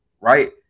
right